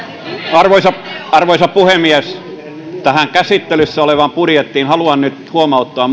arvoisa arvoisa puhemies tähän käsittelyssä olevaan budjettiin haluan nyt huomauttaa